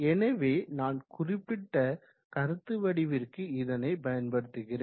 எனவே நான் குறிப்பிட்ட கருத்து வடிவிற்கு இதனை பயன்படுத்துகிறேன்